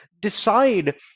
decide